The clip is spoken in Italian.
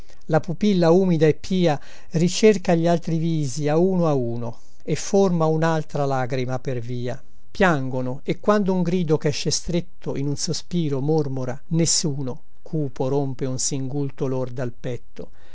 la pupilla umida e pia ricerca gli altri visi a uno a uno e forma unaltra lagrima per via piangono e quando un grido chesce stretto in un sospiro mormora nessuno cupo rompe un singulto lor dal petto